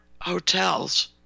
hotels